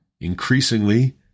Increasingly